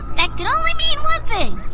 that can only mean one thing,